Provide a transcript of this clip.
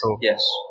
yes